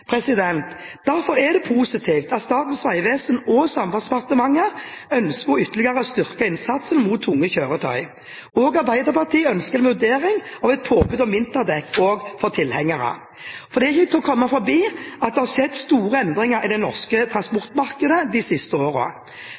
Derfor er det positivt at Statens vegvesen og Samferdselsdepartementet ønsker å ytterligere styrke innsatsen mot tunge kjøretøy. Arbeiderpartiet ønsker en vurdering av et påbud om vinterdekk også for tilhengere. Det er ikke til å komme forbi at det har skjedd store endringer i det norske transportmarkedet de siste